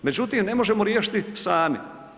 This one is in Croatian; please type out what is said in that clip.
Međutim, ne možemo riješiti sami.